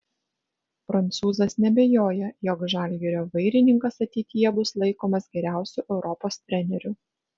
prancūzas neabejoja jog žalgirio vairininkas ateityje bus laikomas geriausiu europos treneriu